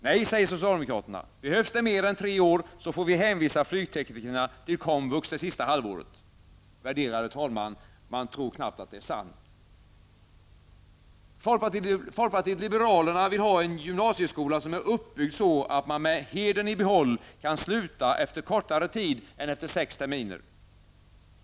Nej, säger socialdemokraterna. Behövs det mer än tre år, får vi hänvisa flygteknikerna till komvux det sista halvåret. Värderade talman! Man tror knappt det är sant. Folkpartiet liberalerna vill ha en gymnasieskola, som är uppbyggd så att man med hedern i behåll kan sluta efter kortare tid än sex terminer.